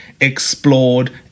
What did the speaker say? explored